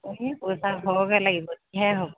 তাকে পইচা খৰকে লাগিব সেই হ'ব